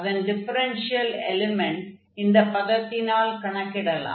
அதன் டிஃபரென்ஷியல் எலிமென்ட்டை இந்த பதத்தினால் கணக்கிடலாம்